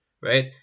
Right